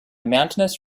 mountainous